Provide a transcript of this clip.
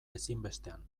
ezinbestean